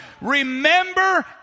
Remember